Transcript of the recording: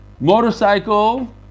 motorcycle